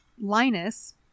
Linus